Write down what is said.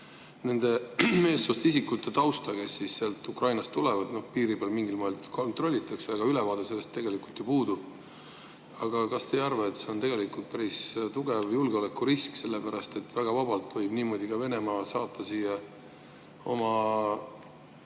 nende meessoost isikute tausta, kes sealt Ukrainast tulevad. Noh, piiri peal mingil moel kontrollitakse, aga ülevaade sellest tegelikult puudub. Aga kas te ei arva, et see on tegelikult päris tugev julgeolekurisk, sellepärast et väga vabalt võib Venemaa niimoodi saata siia oma